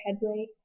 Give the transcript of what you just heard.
headway